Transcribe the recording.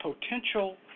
potential